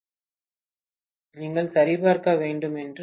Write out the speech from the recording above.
மாணவர் நீங்கள் சரிபார்க்க வேண்டும் என்று